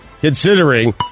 considering